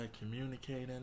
communicating